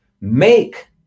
make